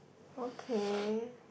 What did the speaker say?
okay